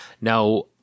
now